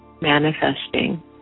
manifesting